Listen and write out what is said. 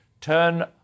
turn